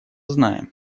знаем